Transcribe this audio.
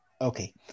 Okay